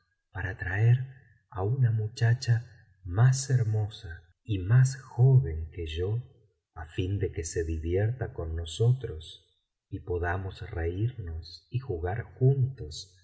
para traer á una muchacha más hermosa y más joven que yo á fin de que se divierta con nosotros y podamos reírnos y jugar juntos